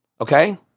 okay